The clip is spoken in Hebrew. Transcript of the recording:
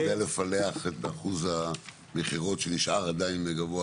אתה יודע לפלח את אחוז המכירות שנשאר עדיין גבוה,